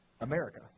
America